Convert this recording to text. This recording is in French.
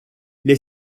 les